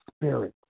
spirit